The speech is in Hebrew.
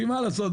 כי מה לעשות,